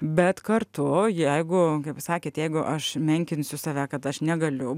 bet kartu jeigu sakėt jeigu aš menkinsiu save kad aš negaliu